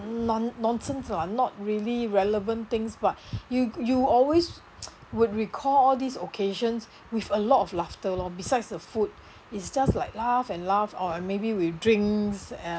non~ nonsense lah not really relevant things but you you always would recall all these occasions with a lot of laughter lor besides the food it's just like laugh and laugh or and maybe we drinks